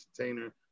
entertainer